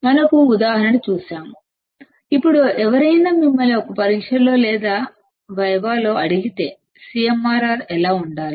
మనం ఒక ఉదాహరణ చూశాము ఇప్పుడు ఎవరైనా మిమ్మల్ని ఒక పరీక్షలో లేదా వైవాలో అడిగితే CMRR ఎలా ఉండాలి